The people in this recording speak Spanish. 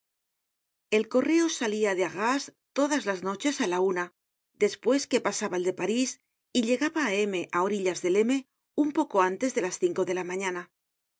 el correo salia de arras todas las noches á la una despues que pasaba el de parís y llegaba á m á orillas del m un poco antes de las cinco de la mañana